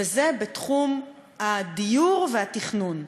וזה תחום הדיור והתכנון.